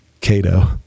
Cato